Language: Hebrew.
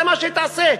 זה מה שהיא תעשה.